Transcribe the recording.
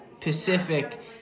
Pacific